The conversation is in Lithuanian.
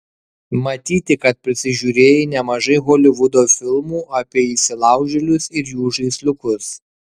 matyti kad prisižiūrėjai nemažai holivudo filmų apie įsilaužėlius ir jų žaisliukus